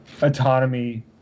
autonomy